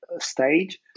stage